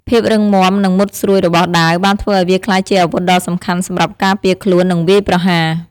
ភាពរឹងមាំ និងមុតស្រួចរបស់ដាវបានធ្វើឱ្យវាក្លាយជាអាវុធដ៏សំខាន់សម្រាប់ការពារខ្លួន និងវាយប្រហារ។